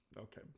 okay